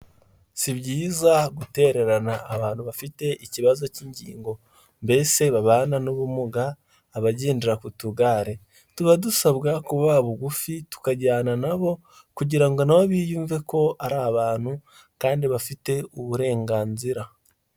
Si byiza gutererana abantu bafite ikibazo k'ingingo, mbese babana n'ubumuga, abagendera ku tugare, tuba dusabwa kubaba bugufi, tukajyana nabo kugira ngo nabo biyumve ko ari abantu kandi bafite uburenganzira.